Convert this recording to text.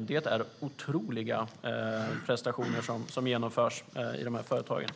Det är otroliga prestationer som genomförs i de här företagen.